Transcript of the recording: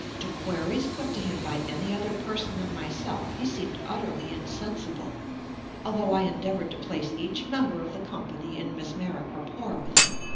to queries put to him by any other person than myself he seemed utterly insensible although i endeavored to place each member of the company in mesmeric rapport with him.